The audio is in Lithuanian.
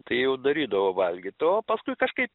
tai jau darydavo valgyt o paskui kažkaip